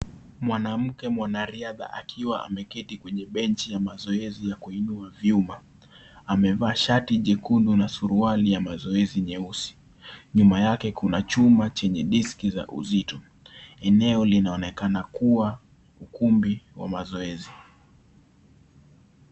Mwanamke mwanariadha akiwa ameketi kwenye benji ya mazoezi ya mwili ya kuinua vyuma. Amevaa shati jekundu na suruali ya mazoezi nyeusi, nyuma yake kuna chuma chenye ya uzito. Eneo linaonekana kuwa ukumbi wa mazoezi.